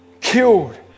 Killed